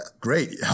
great